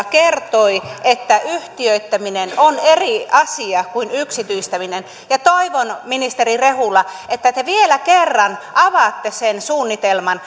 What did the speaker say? kertoi että yhtiöittäminen on eri asia kuin yksityistäminen ja toivon ministeri rehula että te vielä kerran avaatte sen suunnitelman